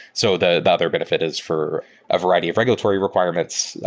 so the another benefit is for a variety of regulatory requirements.